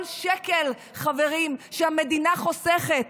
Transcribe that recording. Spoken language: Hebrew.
כל שקל, חברים, שהמדינה חוסכת